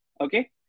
okay